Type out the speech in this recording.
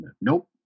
nope